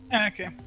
Okay